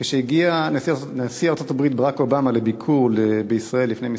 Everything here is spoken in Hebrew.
כשהגיע נשיא ארצות-הברית ברק אובמה לביקור בישראל לפני כמה